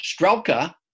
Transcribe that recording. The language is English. Strelka